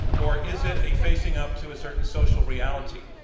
or is it a facing up to a certain social reality?